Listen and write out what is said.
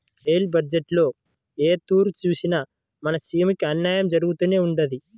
rail బజ్జెట్టులో ఏ తూరి సూసినా మన సీమకి అన్నాయం జరగతానే ఉండాది